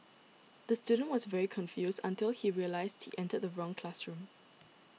the student was very confused until he realised he entered the wrong classroom